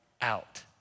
out